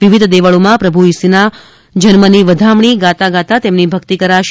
વિવિધ દેવળોમાં પ્રભુ ઇસુના જન્મની વધામણી ગાતા ગાતા તેમની ભકિત કરાશે